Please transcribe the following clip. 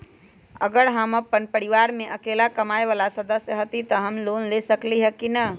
अगर हम अपन परिवार में अकेला कमाये वाला सदस्य हती त हम लोन ले सकेली की न?